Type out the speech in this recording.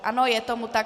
Ano, je tomu tak.